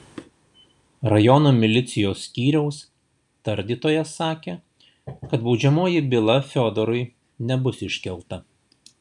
rajono milicijos skyriaus tardytojas sakė kad baudžiamoji byla fiodorui nebus iškelta